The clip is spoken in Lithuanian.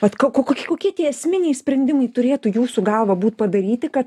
vat ko kokie kokie tie esminiai sprendimai turėtų jūsų galva būt padaryti kad